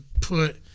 put